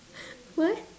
what